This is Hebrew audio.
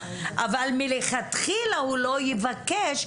אבל מלכתחילה הוא לא יבקש,